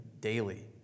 daily